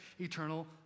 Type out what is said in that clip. eternal